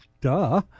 duh